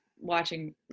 watching